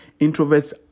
introverts